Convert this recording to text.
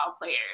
players